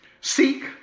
seek